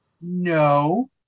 no